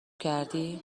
کردی